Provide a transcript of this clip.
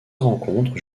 rencontre